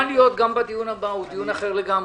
הדיון הבא הוא אחר לגמרי.